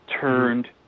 turned